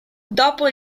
dopo